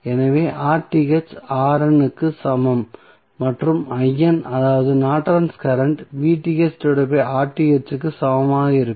எனவே க்கு சமம் மற்றும் அதாவது நார்டன்ஸ் கரண்ட் க்கு சமமாக இருக்கும்